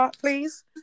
please